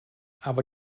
aber